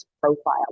profile